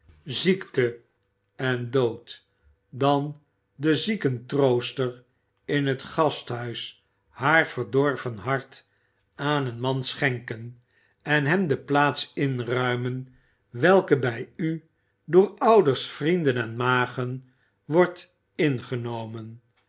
ziekte en dood dan den ziekentrooster in het gasthuis haar verdorven hart aan een man schenken en hem de plaats inruimen welke bij u door ouders vrienden en magen wordt ingenomen